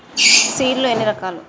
Seed లు ఎన్ని రకాలు?